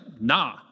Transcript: nah